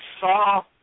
saw